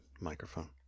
microphone